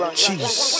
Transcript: cheese